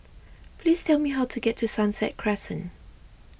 please tell me how to get to Sunset Crescent